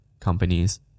companies